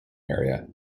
area